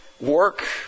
Work